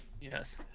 yes